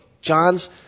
John's